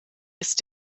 ist